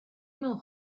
mewn